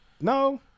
No